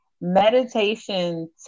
Meditation